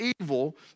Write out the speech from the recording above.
evil